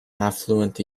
affluent